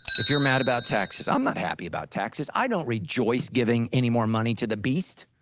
if you're mad about taxes, i'm not happy about taxes, i don't rejoice giving any more money to the beast.